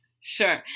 Sure